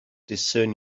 discern